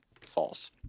false